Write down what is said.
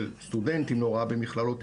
של סטודנטים להוראה במכללות,